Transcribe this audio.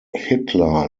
hitler